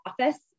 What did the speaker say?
office